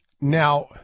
Now